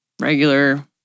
regular